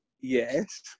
yes